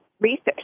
research